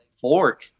Fork